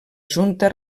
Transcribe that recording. junta